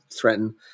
threaten